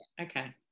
Okay